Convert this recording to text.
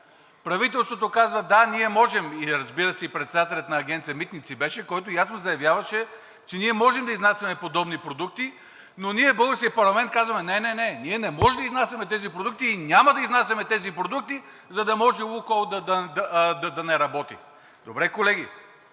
Правителството казва: да, ние можем, разбира се, и председателят на Агенция „Митници“ беше, който ясно заявяваше, че ние можем да изнасяме подобни продукти, но ние, българският парламент, казваме: не, не, не, ние не можем да изнасяме тези продукти и няма да изнасяме тези продукти, за да може „Лукойл“ да не работи. Добре, колеги,